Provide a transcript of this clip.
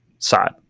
side